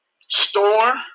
store